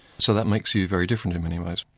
so that makes you very different in many ways,